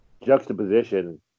juxtaposition